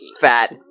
fat